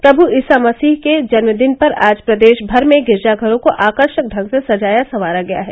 प्रभु ईसा मसीह के जन्मदिन पर आज प्रदेश भर में गिरजा घरों को आकर्षक ढंग से सजाया संवारा गया है